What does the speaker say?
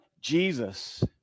Jesus